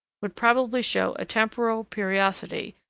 would probably show a temporal periodicity,